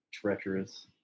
treacherous